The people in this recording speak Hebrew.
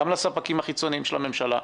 גם לספקים החיצוניים של הממשלה.